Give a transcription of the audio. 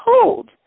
cold